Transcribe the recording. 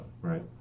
right